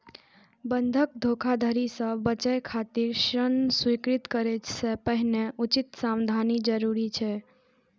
बंधक धोखाधड़ी सं बचय खातिर ऋण स्वीकृत करै सं पहिने उचित सावधानी जरूरी छै